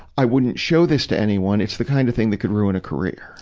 i wouldn't show this to anyone it's the kind of thing that could ruin a career.